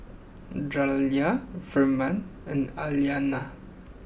Jaliyah Firman and Aliana